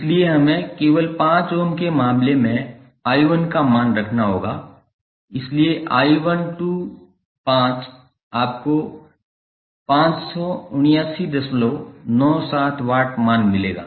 इसलिए हमें केवल 5 ओम के मामले में I1 का मान रखना होगा इसलिए I12 आपको 57997 वाट मान मिलेगा